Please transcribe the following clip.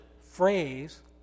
phrase